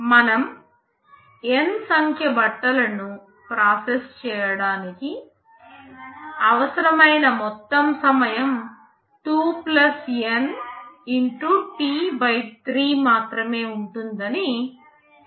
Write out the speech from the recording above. మనం N సంఖ్య బట్టలను ప్రాసెస్ చేయడానికి అవసరమైన మొత్తం సమయం 2 N T 3 మాత్రమే ఉంటుందని తదుపరి స్లైడ్లో చూస్తాము